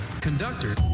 Conductor